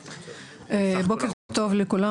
בוקר טוב לכולם.